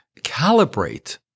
calibrate